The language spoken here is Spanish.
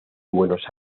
buenos